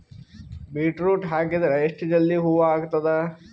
Beetroot ಹಾಕಿದರ ಎಷ್ಟ ಜಲ್ದಿ ಹೂವ ಆಗತದ?